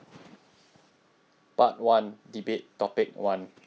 part one debate topic one